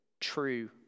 true